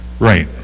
Right